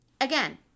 Again